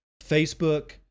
Facebook